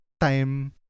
time